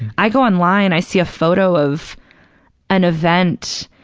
i go online, i see a photo of an event,